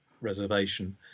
Reservation